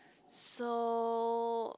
so